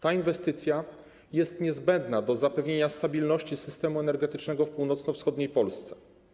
Ta inwestycja jest niezbędna do zapewnienia stabilności systemu energetycznego w północno-wschodniej Polsce.